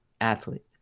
athlete